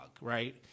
right